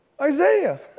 Isaiah